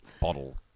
bottle